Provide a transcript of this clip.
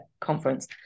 conference